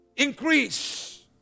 increase